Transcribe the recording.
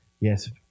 yes